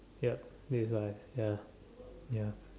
yup it's like ya ya